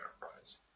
enterprise